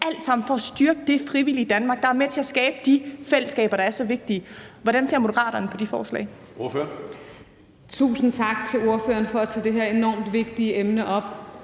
alt sammen for at styrke det frivillige Danmark, der er med til at skabe de fællesskaber, der er så vigtige. Hvordan ser Moderaterne på de forslag? Kl. 11:18 Tredje næstformand (Karsten Hønge): Ordføreren. Kl.